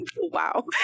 Wow